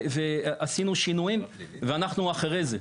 ועשינו שינויים ואנחנו אחרי זה.